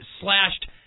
slashed